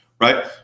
right